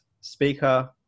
speaker